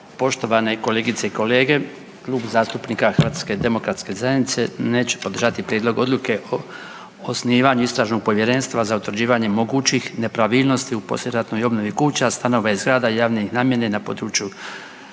Poštovane kolegice i kolege Klub zastupnika Hrvatske demokratske zajednice neće podržati Prijedlog odluke o osnivanju Istražnog povjerenstva za utvrđivanje mogućih nepravilnosti u poslijeratnoj obnovi kuća, stanova i zgrada javne namjene na području Republike